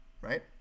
right